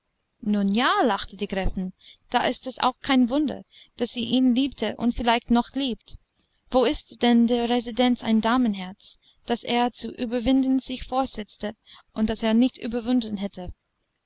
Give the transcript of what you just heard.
nun ja lachte die gräfin da ist es auch kein wunder daß sie ihn liebte und vielleicht noch liebt wo ist denn in der residenz ein damenherz das er zu überwinden sich vorsetzte und das er nicht überwunden hätte